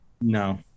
no